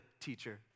teacher